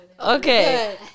Okay